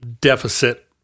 deficit